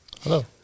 Hello